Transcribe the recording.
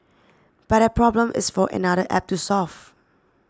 but that problem is for another app to solve